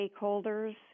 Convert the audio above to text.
stakeholders